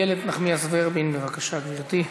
חברת הכנסת איילת נחמיאס ורבין, בבקשה, גברתי.